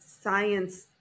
science